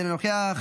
אינו נוכח,